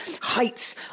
heights